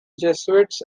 jesuits